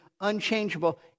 unchangeable